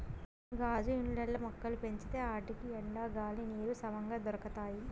గాజు ఇండ్లల్ల మొక్కలు పెంచితే ఆటికి ఎండ, గాలి, నీరు సమంగా దొరకతాయి